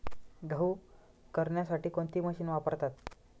गहू करण्यासाठी कोणती मशीन वापरतात?